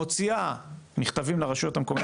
מוציאה מכתבים לרשויות המקומיות,